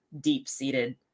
deep-seated